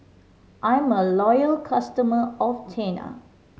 I'm a loyal customer of Tena